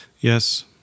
Yes